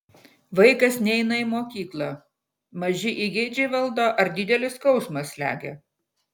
vaikas neina į mokyklą maži įgeidžiai valdo ar didelis skausmas slegia